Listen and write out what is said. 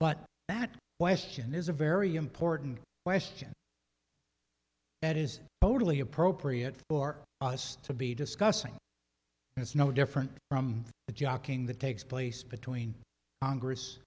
but that weston is a very important question it is totally appropriate for us to be discussing it's no different from the jocking that takes place between congress